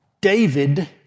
David